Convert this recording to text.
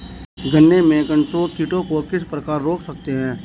गन्ने में कंसुआ कीटों को किस प्रकार रोक सकते हैं?